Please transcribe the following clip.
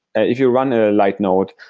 if you run a light node,